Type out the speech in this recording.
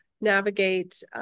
navigate